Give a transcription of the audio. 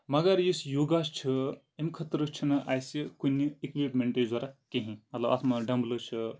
مَگر یُس یوگا چھُ اَمہِ خٲطرٕ چھُ نہٕ اَسہِ کُنہِ ایکویٚپمنٹٕچ ضروٗرت کِہینۍ مطلب اَتھ منٛز ڈَبلز چھُ